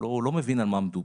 הוא לא מבין על מה מדובר.